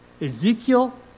Ezekiel